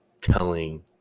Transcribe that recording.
telling